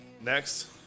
Next